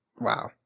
wow